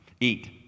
eat